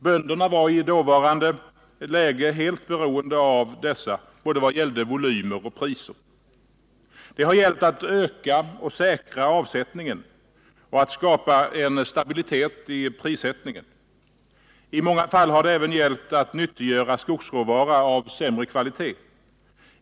Bönderna var i dåvarande läge helt beroende av detta i fråga om både volymer och priser. Det har gällt att öka och säkra avsättningen och skapa en stabilitet i prissättningen. I många fall har det även gällt att nyttiggöra skogsråvara av sämre kvalitet.